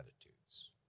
attitudes